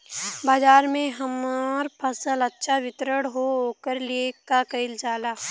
बाजार में हमार फसल अच्छा वितरण हो ओकर लिए का कइलजाला?